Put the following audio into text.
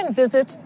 visit